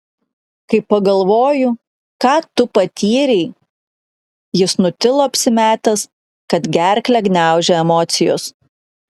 kai pagalvoju ką tu patyrei jis nutilo apsimetęs kad gerklę gniaužia emocijos